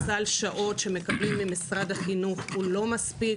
סל השעות שמקבלים ממשרד החינוך הוא לא מספיק.